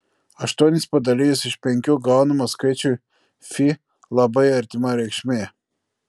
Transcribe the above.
aštuonis padalijus iš penkių gaunama skaičiui fi labai artima reikšmė